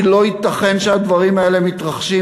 כי לא ייתכן שהדברים האלה מתרחשים,